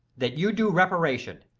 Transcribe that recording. that you do reparation.